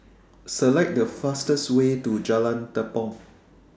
Select The fastest Way to Jalan Tepong